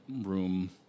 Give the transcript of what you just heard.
room